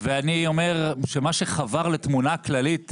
ואני אומר שמה שחבר לתמונה כללית,